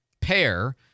pair